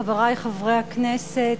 חברי חברי הכנסת,